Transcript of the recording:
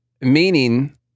Meaning